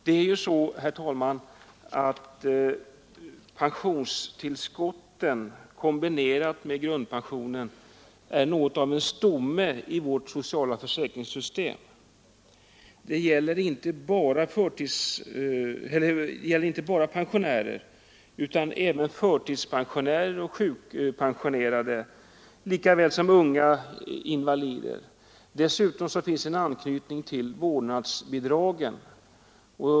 Det är ju så, herr talman, att pensionstillskotten — kombinerade med grundpensionerna — är något av en stomme i vårt sociala försäkringssystem. Det gäller inte bara ålderspensionärer utan även förtidspensionärer och sjukpensionerade lika väl som unga invalider. Dessutom finns en anknytning till vårdnadsbidragen.